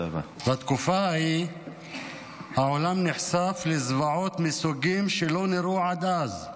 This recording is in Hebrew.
בתקופה ההיא העולם נחשף לזוועות מסוגים שלא נראו עד אז,